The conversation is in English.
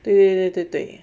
对对对对